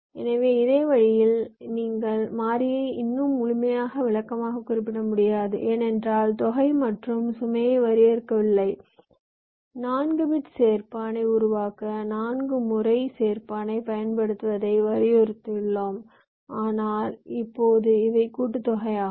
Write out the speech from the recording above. எனவே இதே வழியில் இங்கே நீங்கள் மாறியை இன்னும் முழுமையான விளக்கமாகக் குறிப்பிட முடியாது ஏனென்றால் தொகை மற்றும் சுமையை வரையறுக்கவில்லை 4 பிட் சேர் பானை உருவாக்க 4 முறை சேர்பானை பயன்படுத்துவதை வரையறுத்துள்ளோம் ஆனால் இப்போது இவை கூட்டுத்தொகையாகும்